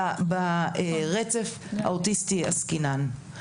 ברצף האוטיסטי עסקינן.